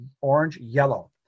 orange-yellow